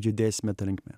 judėsime ta linkme